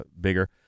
bigger